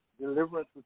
deliverance